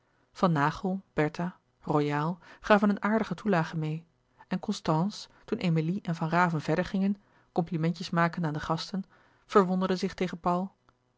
zielen bertha royaal gaven een aardige toelage meê en constance toen emilie en van raven verder gingen complimentjes makende aan de gasten verwonderde zich tegen paul